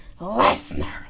Lesnar